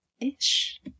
Ish